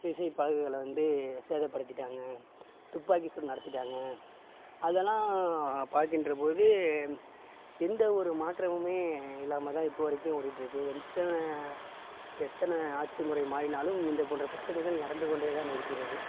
விசை படகுகளை வந்து சேதப்படுத்தி விட்டாங்க துப்பாக்கி சூடு நடத்தி விட்டாங்க அதெல்லாம் பார்க்கின்றபோது எந்த ஒரு மாற்றமுமே இல்லாம தான் இப்போ வரைக்கும் ஓடிட் இருக்கு எத்தனை எத்தனை ஆட்சி முறை மாறினாலும் இந்த போன்ற பிரச்சனைகள் நடந்து கொண்டே தான் இருக்கிறது